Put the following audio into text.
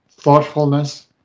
thoughtfulness